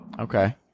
Okay